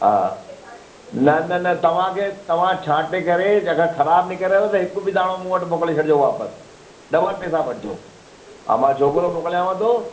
हा न न न तव्हांखे तव्हां छांटे करे जॾहिं ख़राबु निकिरेव त हिकु बि दाणो मूं वटि मोकिले छॾिजो वापसि डबल पैसा वठिजो हा मां छोकिरो मोकिलियांव थो